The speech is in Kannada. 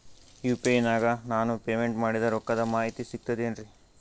ಯು.ಪಿ.ಐ ನಾಗ ನಾನು ಪೇಮೆಂಟ್ ಮಾಡಿದ ರೊಕ್ಕದ ಮಾಹಿತಿ ಸಿಕ್ತಾತೇನ್ರೀ?